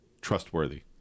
trustworthy